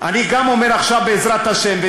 גם אני אומר עכשיו בעזרת השם.